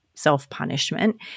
self-punishment